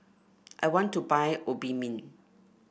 I want to buy Obimin